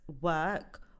work